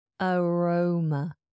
Aroma